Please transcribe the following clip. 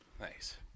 Nice